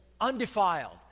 undefiled